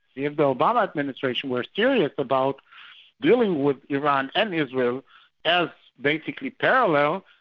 if the obama administration was serious about dealing with iran and israel as basically parallel,